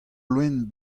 loen